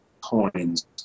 coins